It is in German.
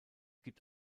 gibt